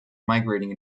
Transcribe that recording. migrating